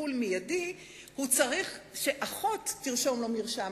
טיפול מיידי הוא שאחות תרשום לו מרשם.